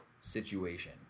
situation